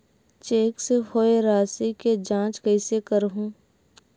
Cheque से होए राशि के जांच कइसे करहु?